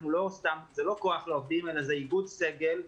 זה לא כוח לעובדים אלא זה איגוד סגל.